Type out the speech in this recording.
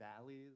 valleys